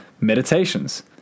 Meditations